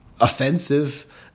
offensive